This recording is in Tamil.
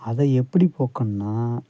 அதை எப்படி போக்கணுண்னா